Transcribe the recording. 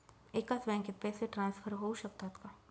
एकाच बँकेत पैसे ट्रान्सफर होऊ शकतात का?